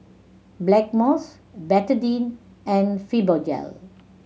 Blackmores Betadine and Fibogel